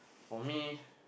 for me